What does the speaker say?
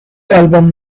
album